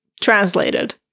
translated